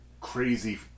crazy